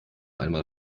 einmal